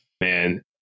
Man